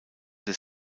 des